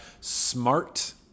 smart